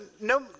no